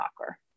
soccer